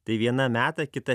tai viena meta kita